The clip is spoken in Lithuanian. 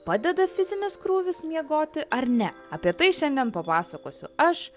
padeda fizinis krūvis miegoti ar ne apie tai šiandien papasakosiu aš